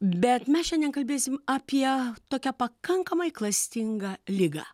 bet mes šiandien kalbėsim apie tokią pakankamai klastingą ligą